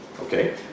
okay